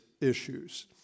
issues